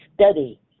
study